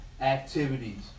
activities